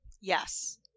Yes